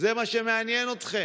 זה מה שמעניין אתכם.